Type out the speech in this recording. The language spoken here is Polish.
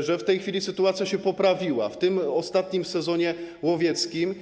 że w tej chwili sytuacja się poprawiła, w tym ostatnim sezonie łowieckim.